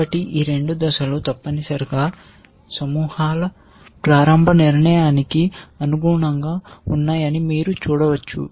కాబట్టి ఈ రెండు దశలు తప్పనిసరిగా సమూహాల ప్రారంభ నిర్మాణానికి అనుగుణంగా ఉన్నాయని మీరు చూడవచ్చు